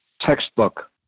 textbook